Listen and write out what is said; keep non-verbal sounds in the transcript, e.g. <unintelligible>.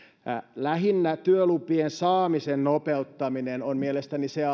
lähinnä työlupien saamisen nopeuttaminen on mielestäni se <unintelligible>